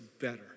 better